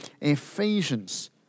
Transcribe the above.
Ephesians